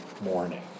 morning